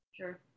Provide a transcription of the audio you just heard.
Sure